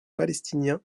palestiniens